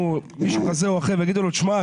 מישהו כזה או אחר ויגידו לו: תשמע,